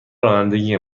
رانندگی